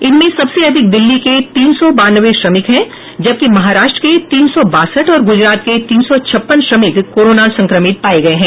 इनमें सबसे अधिक दिल्ली के तीन सौ बानवे श्रमिक हैं जबकि महाराष्ट्र के तीन सौ बासठ और गुजरात के तीन सौ छप्पन श्रमिक कोरोना संक्रमित पाए गए हैं